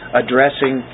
addressing